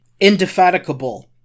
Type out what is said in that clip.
indefatigable